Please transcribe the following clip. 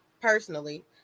personally